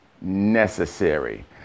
necessary